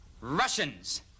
Russians